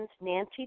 Nancy